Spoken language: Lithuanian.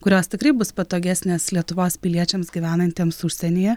kurios tikrai bus patogesnės lietuvos piliečiams gyvenantiems užsienyje